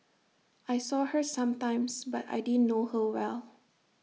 I saw her sometimes but I didn't know her well